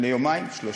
לפני יומיים-שלושה.